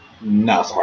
No